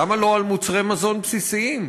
למה לא על מוצרי מזון בסיסיים?